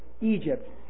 Egypt